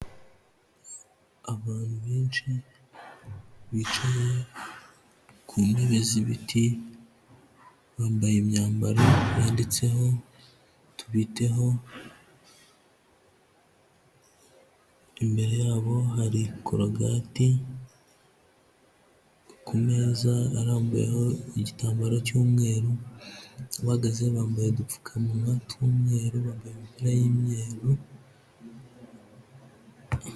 Abantu benshi bicaye ku ntebe z'ibiti bambaye imyambaro yanditseho tubiteho, imbere yabo hari korogati, ku meza arambuyeho igitambaro cy'umweru bahagaze bambaye udupfukawa tw'umweru bambaye imipira y'imyeru.